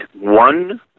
one